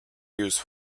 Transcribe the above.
used